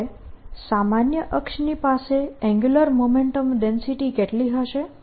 હવે સામાન્ય અક્ષની પાસે એન્ગ્યુલર મોમેન્ટમ ડેન્સિટી કેટલી હશે